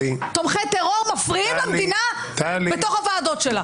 תומכי טרור מפריעים למדינה בתוך הוועדות שלה?